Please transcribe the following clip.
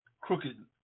crooked